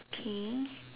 okay